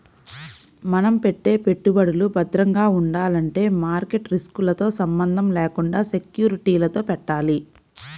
మనం పెట్టే పెట్టుబడులు భద్రంగా ఉండాలంటే మార్కెట్ రిస్కులతో సంబంధం లేకుండా సెక్యూరిటీలలో పెట్టాలి